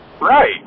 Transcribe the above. Right